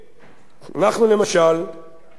אנחנו למשל יודעים,